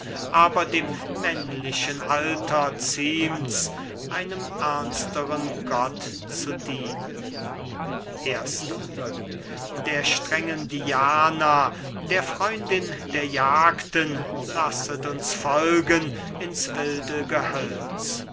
aber dem männlichen alter ziemt's einem ernsteren gott zu dienen erster manfred der strengen diana der freundin der jagden lasset uns folgen ins wilde gehölz